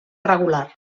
irregular